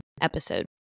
episode